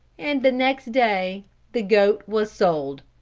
and the next day the goat was sold.